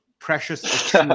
precious